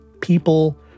people